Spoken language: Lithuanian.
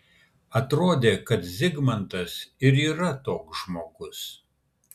atrodė kad zigmantas ir yra toks žmogus